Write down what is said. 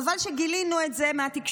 חבל שגילינו את זה מהתקשורת,